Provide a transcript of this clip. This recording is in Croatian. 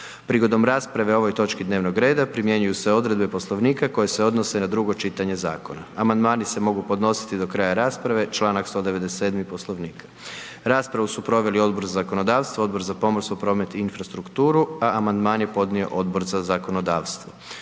Prigodom rasprave o ovoj točki dnevnog reda primjenjuju se odredbe Poslovnika koje se odnose na drugo čitanje zakona. Amandmani se mogu podnositi do kraja rasprave, čl. 197. Poslovnika. Raspravu su proveli Odbor za zakonodavstvo, Odbor za pomorstvo, promet i infrastrukturu, amandman je podnio Odbor za zakonodavstvo.